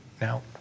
Now